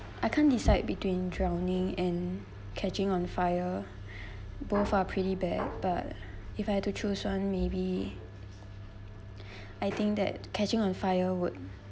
I can't decide between drowning and catching on fire both are pretty bad but if I had to choose one maybe I think that catching on fire would